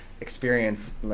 experience